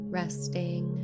resting